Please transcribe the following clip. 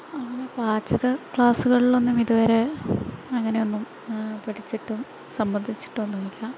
അങ്ങനെ പാചക ക്ലാസ്സുകളിലൊന്നും ഇതുവരെ അങ്ങനെയൊന്നും പഠിച്ചിട്ടോ സംബന്ധിച്ചിട്ടോ ഒന്നും ഇല്ല